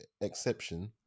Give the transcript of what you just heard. exception